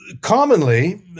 commonly